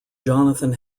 jonathan